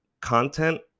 content